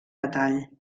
detall